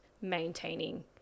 maintaining